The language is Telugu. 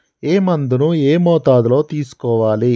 ఏ మందును ఏ మోతాదులో తీసుకోవాలి?